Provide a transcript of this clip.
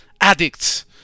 addicts